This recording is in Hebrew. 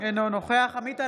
אינו נוכח עמית הלוי,